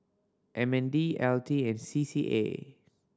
M N D L T and C C A